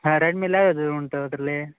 ಹಾಂ ರೆಡ್ಮಿಯಲ್ ಯಾವುದು ಉಂಟು ಅದರಲ್ಲಿ